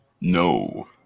No